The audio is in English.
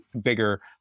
bigger